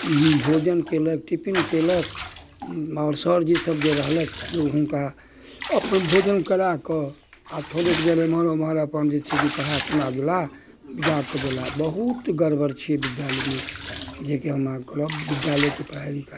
भोजन कयलक टिपिन कयलक सरजी सभ जे रहलथि जे हुनका अपन भोजन करै कऽ आ थोड़ेक देर इमहर उमहर अपन जे छै कि पढ़ा सुना देला बहुत गड़बड़ छियै विद्यालयमे जेकि हम अहाँकेँ करब विद्यालयके पढ़ाइ लिखाइ